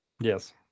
Yes